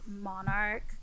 monarch